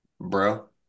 Bro